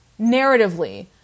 narratively